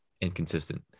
inconsistent